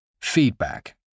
feedback